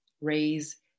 Raise